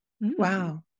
Wow